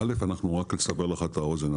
לסבר לך את האוזן,